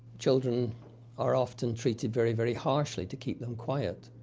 children are often treated very, very harshly to keep them quiet.